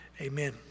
Amen